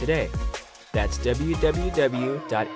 today that's w w w dot